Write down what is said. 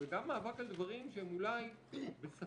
וגם מאבק על דברים שהם אולי בספק,